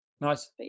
Nice